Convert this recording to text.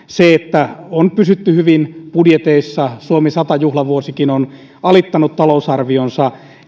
se että on pysytty hyvin budjeteissa suomi sata juhlavuosikin on alittanut talousarvionsa